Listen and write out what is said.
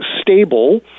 stable